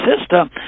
system